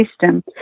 system